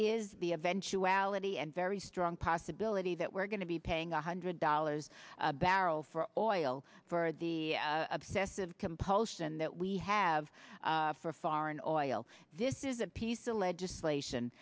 is the eventuality and very strong possibility that we're going to be paying a hundred dollars a barrel for oil for the obsessive compulsion that we have for foreign oil this is a piece of legislation